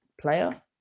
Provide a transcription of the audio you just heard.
player